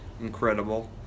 Incredible